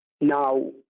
now